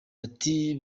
ati